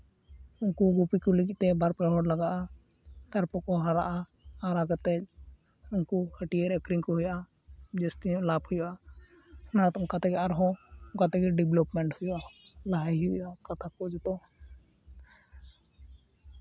ᱩᱱᱠᱩ ᱜᱩᱯᱤ ᱠᱚ ᱞᱟᱹᱜᱤᱫ ᱛᱮ ᱵᱟᱨᱼᱯᱮ ᱦᱚᱲ ᱞᱟᱜᱟᱜᱼᱟ ᱛᱟᱨᱯᱚᱨ ᱠᱚ ᱦᱟᱨᱟᱜᱼᱟ ᱦᱟᱨᱟ ᱠᱟᱛᱮ ᱩᱱᱠᱩ ᱦᱟᱹᱴᱭᱟᱹ ᱨᱮ ᱟᱹᱠᱷᱨᱤᱧ ᱠᱚ ᱦᱩᱭᱩᱜᱼᱟ ᱡᱟᱹᱥᱛᱤ ᱧᱚᱜ ᱞᱟᱵᱽ ᱦᱩᱭᱩᱜᱼᱟ ᱚᱱᱟᱛᱮ ᱚᱱᱠᱟ ᱛᱮᱜᱮ ᱟᱨᱦᱚᱸ ᱚᱱᱠᱟ ᱛᱮᱜᱮ ᱰᱮᱵᱽᱞᱚᱯᱢᱮᱱᱴ ᱦᱩᱭᱩᱜᱼᱟ ᱞᱟᱦᱟᱭ ᱦᱩᱭᱩᱜᱼᱟ ᱠᱟᱛᱷᱟ ᱠᱚ ᱡᱚᱛᱚ